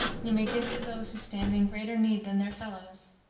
you may give to those who stand in greater need than their fellows.